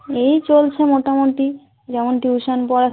এই চলছে মোটামোটি যেমন টিউশানটা